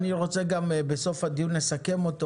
אני אסכם את הדיון בסופו,